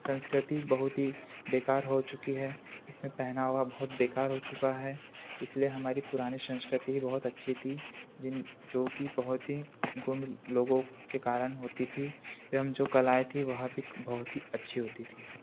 संस्कृति बहुत ही बेकार हो चुकी है इसमें पहनावा बहुत बेकार हो चुका है इसलिए हमारी पुरानी संस्कृति ही बहुत अच्छी थी जिन जो कि बहुत ही गुण लोगों के कारण होती थी एवं जो कलाएँ थी वह भी बहुत ही अच्छी होती थी